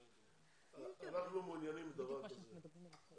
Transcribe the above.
אנחנו מעוניינים בדבר כזה,